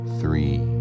three